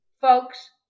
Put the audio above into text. Folks